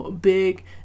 big